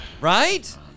Right